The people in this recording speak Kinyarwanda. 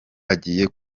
agiye